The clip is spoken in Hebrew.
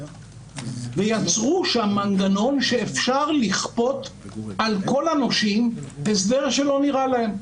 ויצרו שם מנגנון שאפשר לכפות על כל הנושים הסדר שלא נראה להם.